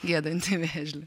giedantį vėžlį